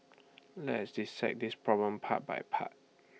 let's dissect this problem part by part